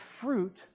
fruit